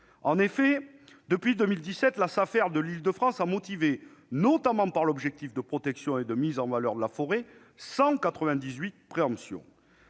En effet, depuis 2017, la Safer de l'Île-de-France a motivé, notamment par l'objectif de protection et de mise en valeur de la forêt, 198 préemptions.